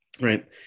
right